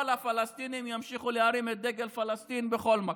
כל הפלסטינים ימשיכו להרים את דגל פלסטין בכל מקום.